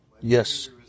Yes